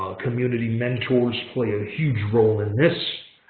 community mentors play a huge role in this.